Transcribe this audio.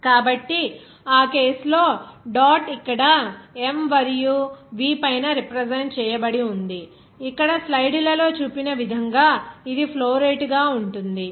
కాబట్టి ఆ కేసు లో డాట్ ఇక్కడ m మరియు V పైన రిప్రజెంట్ చేయబడి ఉంది ఇక్కడ స్లైడ్లలో చూపిన విధంగా ఇది ఫ్లో రేటుగా ఉంటుంది